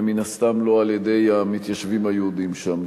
ומן הסתם לא על-ידי המתיישבים היהודים שם.